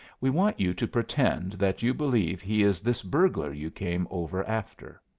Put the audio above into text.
we want you to pretend that you believe he is this burglar you came over after.